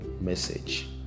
message